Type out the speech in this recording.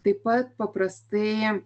taip pat paprastai